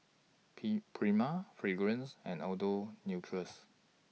P Prima Fragrance and Andalou Naturals